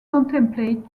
contemplate